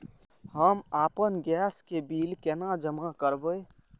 हम आपन गैस के बिल केना जमा करबे?